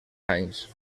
anys